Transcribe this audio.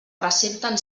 ressenten